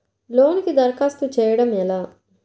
లోనుకి దరఖాస్తు చేయడము ఎలా?